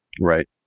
Right